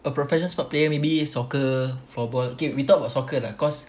a professional sports player maybe soccer football K we talk about soccer lah cause